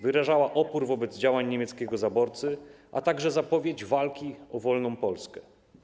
Wyrażała opór wobec działań niemieckiego zaborcy, a także zapowiedź walki o wolną Polskę.